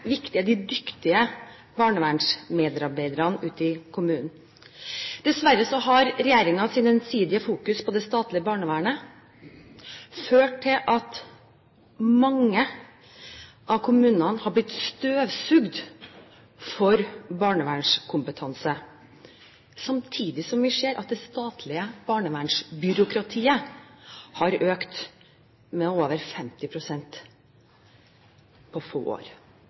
viktig er de dyktige barnevernsmedarbeiderne ute i kommunene. Dessverre har regjeringens ensidige fokus på det statlige barnevernet ført til at mange av kommunene har blitt støvsugd for barnevernskompetanse, samtidig som vi ser at det statlige barnevernsbyråkratiet har økt med over 50 pst. på få år.